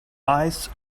eyes